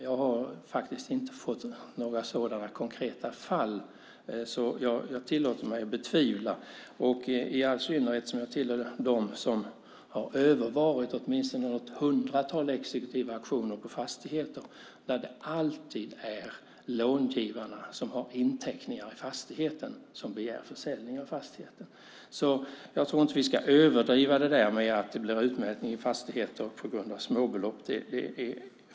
Jag har inte sett några sådana konkreta fall, så jag tillåter mig att betvivla det, i all synnerhet som jag tillhör dem som har övervarit åtminstone ett hundratal exekutiva auktioner på fastigheter där det alltid är långivare som har inteckningar i fastigheten som begär försäljning av fastigheten. Jag tror inte att vi ska överdriva det där med utmätning av fastigheter på grund av småbelopp.